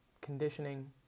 conditioning